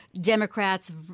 Democrats